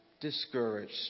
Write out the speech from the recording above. discouraged